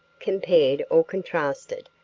compared, or contrasted,